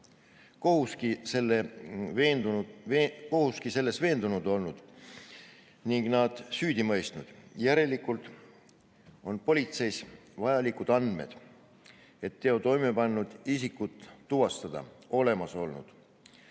kohuski on selles veendunud olnud ning nad süüdi mõistnud. Järelikult on politseis vajalikud andmed, et teo toimepannud isikut tuvastada, olemas olnud.